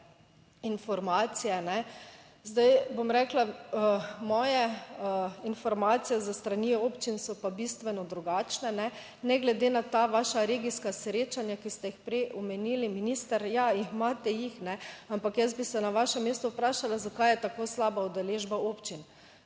informacije. Zdaj bom rekla, moje informacije s strani občin so pa bistveno drugačne, ne glede na ta vaša regijska srečanja, ki ste jih prej omenili, minister, ja, imate jih, ampak jaz bi se na vašem mestu vprašala, zakaj je tako slaba udeležba občin.